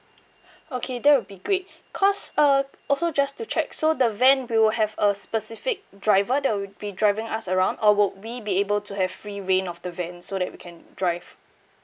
okay that would be great because uh also just to check so the van we will have a specific driver that would be driving us around or would we be able to have free reign of the van so that we can drive